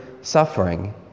suffering